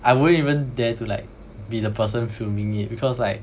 I wouldn't even dare to like be the person filming it because like